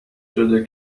شده